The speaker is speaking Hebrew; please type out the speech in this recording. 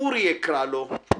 אורי אקרא לו/